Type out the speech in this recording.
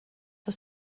for